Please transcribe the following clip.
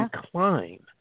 decline